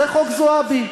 זה חוק זועבי.